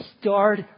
start